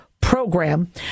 program